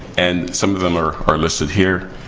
and some of them are are listed here.